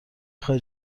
بخوای